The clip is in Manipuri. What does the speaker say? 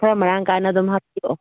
ꯈꯔ ꯃꯔꯥꯡ ꯀꯥꯏꯅ ꯑꯗꯨꯝ ꯍꯥꯞꯄꯤꯔꯛꯑꯣ